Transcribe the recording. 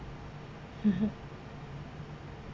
mmhmm